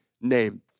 name